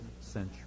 century